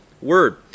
Word